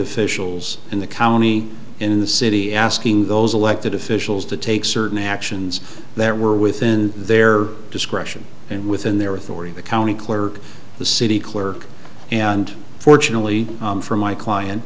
officials in the county in the city asking those elected officials to take certain actions that were within their discretion and within their authority the county clerk the city clerk and fortunately for my client